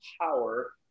power